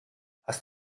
hast